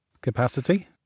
capacity